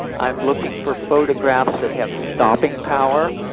i'm looking for photographs that have stopping power,